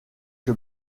que